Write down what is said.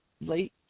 late